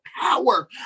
power